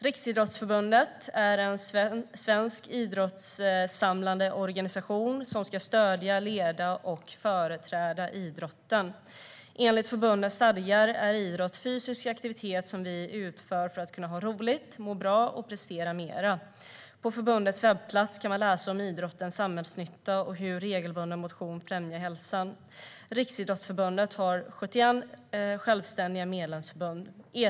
Riksidrottsförbundet är svensk idrotts samlande organisation som ska stödja, leda och företräda idrotten. Enligt förbundets stadgar är idrott fysisk aktivitet som vi utför för att kunna ha roligt, må bra och prestera mer. På förbundets webbplats kan man läsa om idrottens samhällsnytta och hur regelbunden motion främjar hälsan. Riksidrottsförbundet har 71 självständiga medlemsförbund.